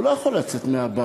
הוא לא יכול לצאת מהבית,